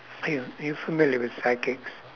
are you are you familiar with psychics